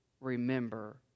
remember